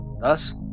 thus